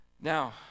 Now